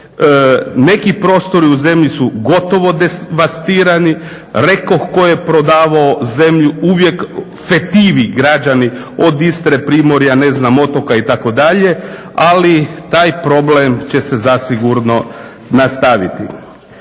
Neki prostori u zemlji su gotovo devastirani, rekoh tko je prodavao zemlju uvijek fetivi građani od Istre, primorja, otoka itd., ali taj problem će se zasigurno nastaviti.